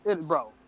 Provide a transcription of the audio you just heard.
bro